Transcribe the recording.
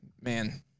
man